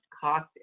cost